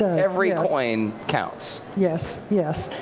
every coin counts. yes, yes.